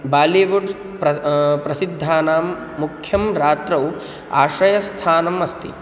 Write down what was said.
Bollywood प्र प्रसिद्धानां मुख्यं रात्रौ आश्रयस्थानम् अस्ति